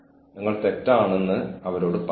അതിനെയാണ് അനുസരണക്കേട് എന്ന് പറയുന്നത്